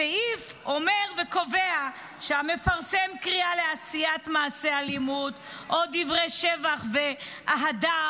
הסעיף אומר וקובע שהמפרסם קריאה לעשיית מעשה אלימות או דברי שבח ואהדה,